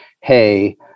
hey